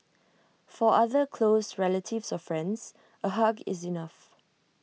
for other close relatives or friends A hug is enough